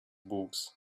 books